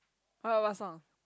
what what what song